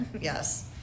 Yes